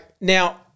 Now